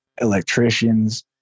electricians